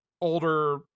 older